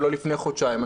ולא לפני חודשיים.